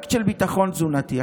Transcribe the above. פרויקט של ביטחון תזונתי.